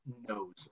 knows